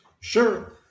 Sure